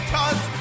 Cause